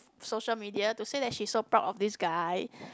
social media to say that she's so proud of this guy